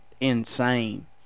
insane